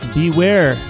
beware